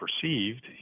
perceived